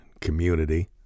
community